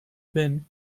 been